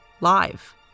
live